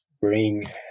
bring